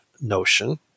notion